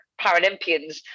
Paralympians